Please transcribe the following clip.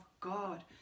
God